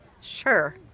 Sure